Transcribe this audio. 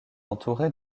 entourée